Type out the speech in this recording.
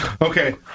okay